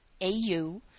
AU